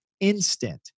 instant